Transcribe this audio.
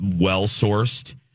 well-sourced